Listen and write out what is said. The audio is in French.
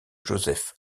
joseph